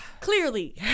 Clearly